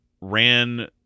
ran